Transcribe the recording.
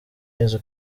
yesu